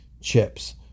chips